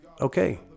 Okay